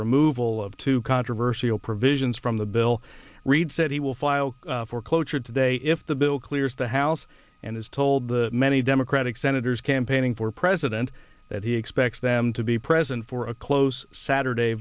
removal of two controversial provisions from the bill reid said he will file for cloture today if the bill clears the house and has told the many democratic senators campaigning for president that he expects them to be present for a close saturday